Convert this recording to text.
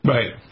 Right